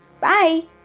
Bye